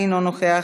אינה נוכחת,